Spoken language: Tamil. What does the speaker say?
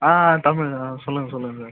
ஆ தமிழ் ஆ சொல்லுங்கள் சொல்லுங்கள் சார்